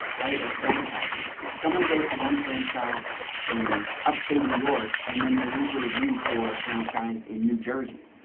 right? or franchises. someone goes to one franchise in upstate new york and then they leave a review for a franchise in new jersey,